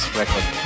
record